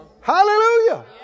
Hallelujah